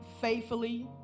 faithfully